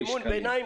זה מימון ביניים